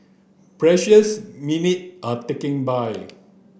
precious minute are ticking by